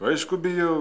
aišku bijau